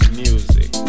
music